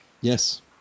Yes